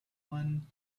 one